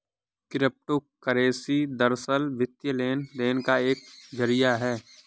crypto currency दरअसल, वित्तीय लेन देन का एक जरिया है